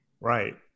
Right